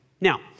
Now